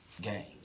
gang